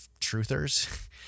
truthers